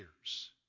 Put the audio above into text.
years